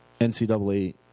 NCAA